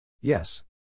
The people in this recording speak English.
Yes